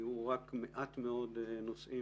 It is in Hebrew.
היו רק מעט מאוד נושאים